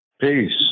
Peace